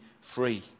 free